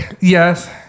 yes